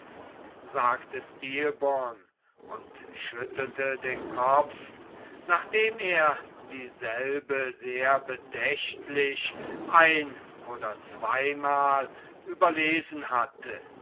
sagte stilbon und schüttelte den kopf nachdem er ihn sehr bedächtlich ein oder zweimal überlesen hatte